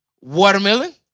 Watermelon